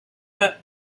but